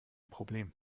problem